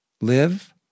live